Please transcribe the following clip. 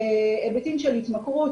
היבטים של התמכרות,